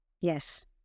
Yes